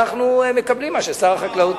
אנחנו מקבלים מה ששר החקלאות,